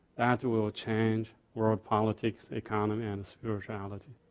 that will change world politics, economy, and spirituality.